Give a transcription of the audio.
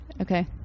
Okay